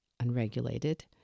unregulated